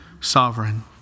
sovereign